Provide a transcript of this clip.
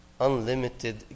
unlimited